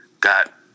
got